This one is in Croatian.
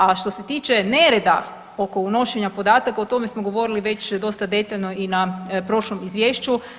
A što se tiče nereda oko unošenja podataka, o tome smo govorili dosta detaljno i na prošlom Izvješću.